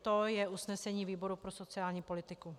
To je usnesení výboru pro sociální politiku.